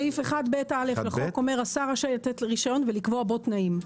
סעיף 1ב(א) לחוק אומר: השר רשאי לתת לו רישיון ולקבוע בו תנאים.